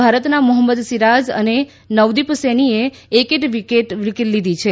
ભારતના મોહમ્મદ સિરાજ અને નવદીપ સૈનીએ એક એક વિકેટ લીધી છે